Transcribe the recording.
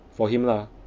for him lah